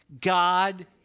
God